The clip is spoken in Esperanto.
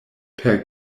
per